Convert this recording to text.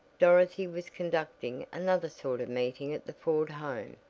dorothy was conducting another sort of meeting at the ford home.